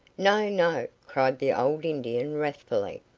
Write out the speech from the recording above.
no, no! cried the old indian, wrathfully.